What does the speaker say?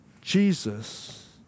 Jesus